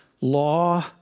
law